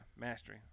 Mastery